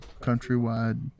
countrywide